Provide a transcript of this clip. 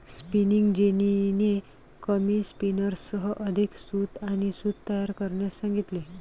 spinning जेनीने कमी स्पिनर्ससह अधिक सूत आणि सूत तयार करण्यास सांगितले